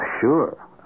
Sure